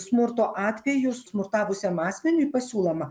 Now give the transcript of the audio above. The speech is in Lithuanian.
smurto atveju smurtavusiam asmeniui pasiūloma